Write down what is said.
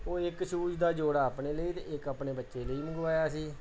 ਉਹ ਇੱਕ ਸ਼ੂਜ ਦਾ ਜੋੜਾ ਆਪਣੇ ਲਈ ਅਤੇ ਇੱਕ ਆਪਣੇ ਬੱਚੇ ਲਈ ਮੰਗਵਾਇਆ ਸੀ